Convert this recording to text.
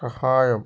സഹായം